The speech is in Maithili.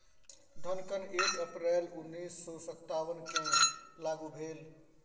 धन कर एक अप्रैल उन्नैस सौ सत्तावनकेँ लागू भेल